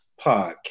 podcast